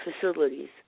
facilities